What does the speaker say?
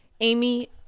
Amy